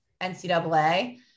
NCAA